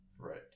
Right